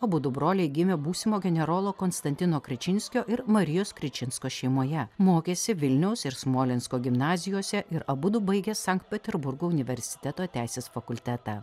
abudu broliai gimė būsimo generolo konstantino krečinskio ir marijos krečinskos šeimoje mokėsi vilniaus ir smolensko gimnazijose ir abudu baigė sankt peterburgo universiteto teisės fakultetą